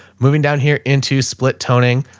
moving down here into split toning,